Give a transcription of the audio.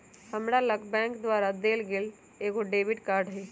हमरा लग बैंक द्वारा देल गेल एगो डेबिट कार्ड हइ